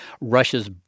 Russia's